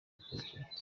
bikurikira